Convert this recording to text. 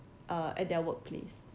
uh at their workplace